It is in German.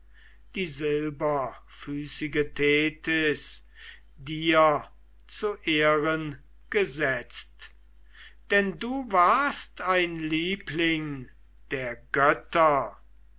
die silberfüßige thetis dir zu ehren gesetzt denn du warst ein liebling der götter